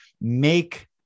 make